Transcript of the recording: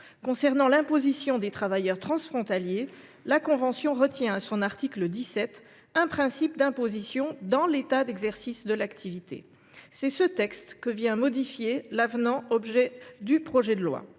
Concernant l’imposition des travailleurs transfrontaliers, la convention retient à son article 17 un principe d’imposition dans l’État d’exercice de l’activité. C’est ce texte que vient modifier l’avenant qui fait l’objet de ce